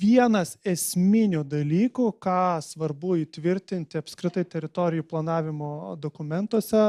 vienas esminių dalykų ką svarbu įtvirtinti apskritai teritorijų planavimo dokumentuose